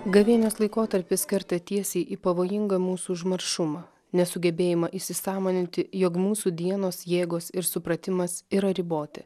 gavėnios laikotarpis kerta tiesiai į pavojingą mūsų užmaršumą nesugebėjimą įsisąmoninti jog mūsų dienos jėgos ir supratimas yra riboti